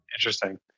interesting